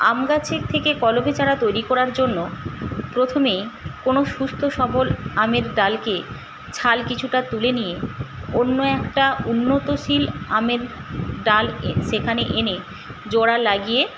আম গাছের থেকে কলমে চারা তৈরি করার জন্য প্রথমে কোন সুস্থ সবল আমের ডালকে ছাল কিছুটা তুলে নিয়ে অন্য একটা উন্নতশীল আমের ডাল সেখানে এনে জোড়া লাগিয়ে